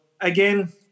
again